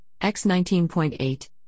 X19.8